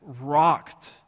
rocked